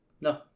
No